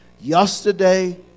yesterday